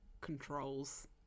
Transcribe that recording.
controls